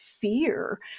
fear